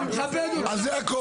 אני מכבד אותך.